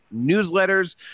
newsletters